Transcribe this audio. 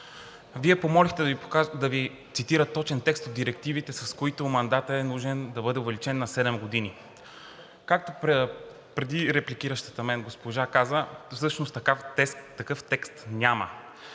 Вие помолихте да Ви цитират точен текст от директивите, с които мандатът е нужно да бъде увеличен на седем години. Както репликиращата преди мен госпожа каза – всъщност такъв текст няма.